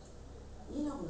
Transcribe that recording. !huh! please lah